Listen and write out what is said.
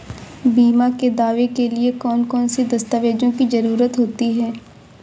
बीमा के दावे के लिए कौन कौन सी दस्तावेजों की जरूरत होती है?